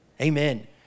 Amen